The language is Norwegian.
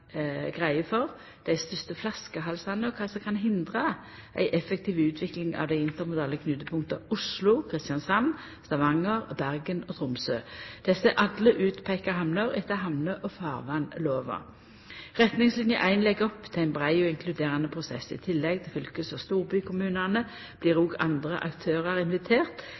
greie for dei største flaskehalsane og kva som kan hindra ei effektiv utvikling av dei intermodale knutepunkta Oslo, Kristiansand, Stavanger, Bergen og Tromsø. Desse er alle utpeika hamner etter hamne- og farvatnslova. Retningsline 1 legg opp til ein brei og inkluderande prosess. I tillegg til fylkes- og storbykommunane blir òg andre aktørar